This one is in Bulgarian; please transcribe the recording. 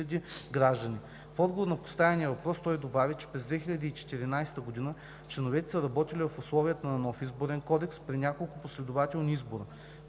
В отговор на поставения въпрос той добави, че през 2014 г. членовете са работили в условията на нов Изборен кодекс при няколко последователни избора.